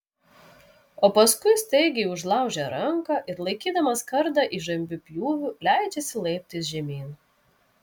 o paskui staigiai užlaužia ranką ir laikydamas kardą įžambiu pjūviu leidžiasi laiptais žemyn